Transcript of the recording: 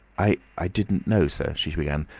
i i didn't know, sir, she she began,